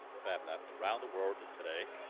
fab lab around the world today.